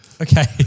Okay